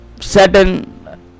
certain